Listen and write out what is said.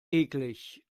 eklig